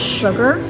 sugar